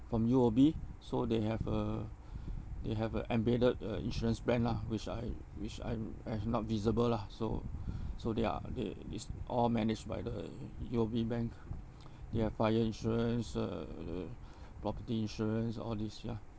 from U_O_B so they have a they have a embedded uh insurance plan lah which I which I'm I've not visible lah so so they are they is all managed by the U_O_B bank they have fire insurance uh the property insurance all these ya